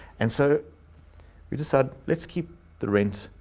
and so we decided, let's keep the rent,